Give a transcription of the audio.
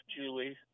Julie